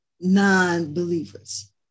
non-believers